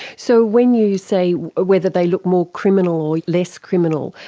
so when you say whether they look more criminal or less criminal,